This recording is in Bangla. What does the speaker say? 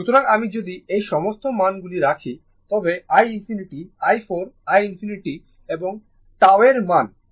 সুতরাং আমি যদি এই সমস্ত মান গুলি রাখি তবে i ∞ i 4 i ∞ এবং τ এর মান